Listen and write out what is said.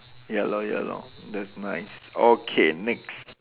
ya lor ya lor that's nice okay next